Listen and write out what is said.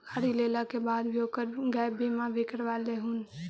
तु गाड़ी लेला के बाद ओकर गैप बीमा भी करवा लियहून